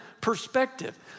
perspective